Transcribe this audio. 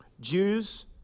Jews